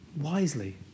wisely